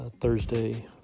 Thursday